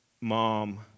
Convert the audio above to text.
mom